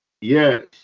Yes